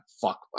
fuck